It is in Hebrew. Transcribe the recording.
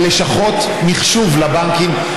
ללשכות מחשוב לבנקים,